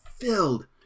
filled